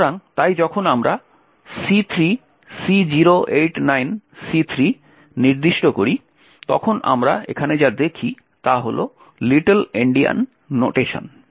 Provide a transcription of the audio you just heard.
সুতরাং তাই যখন আমরা C3C089C3 নির্দিষ্ট করি তখন আমরা এখানে যা দেখি তা হল লিটল এন্ডিয়ান নোটেশন